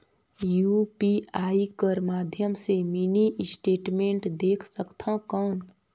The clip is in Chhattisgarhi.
यू.पी.आई कर माध्यम से मिनी स्टेटमेंट देख सकथव कौन?